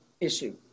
issue